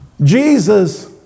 Jesus